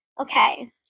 Okay